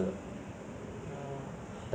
比茨园跟那个